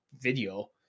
video